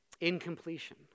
Incompletion